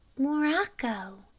morocco!